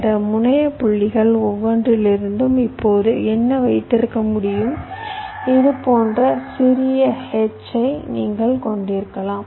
இந்த முனைய புள்ளிகள் ஒவ்வொன்றிலிருந்தும் இப்போது என்ன வைத்திருக்க முடியும் இது போன்ற சிறிய H ஐ நீங்கள் கொண்டிருக்கலாம்